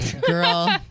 Girl